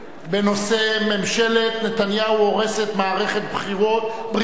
בנושא: ממשלת נתניהו הורסת את מערכת הבריאות